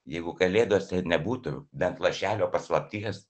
jeigu kalėdose nebūtų bent lašelio paslapties